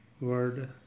word